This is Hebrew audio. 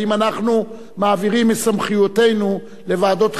האם אנחנו מעבירים מסמכויותינו לוועדות חיצוניות.